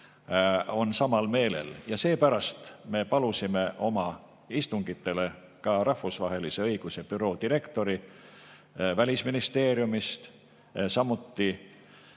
on samal meelel. Ja seepärast me palusime oma istungitele ka rahvusvahelise õiguse büroo direktori Välisministeeriumist. Samuti